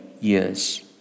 years